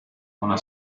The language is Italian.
una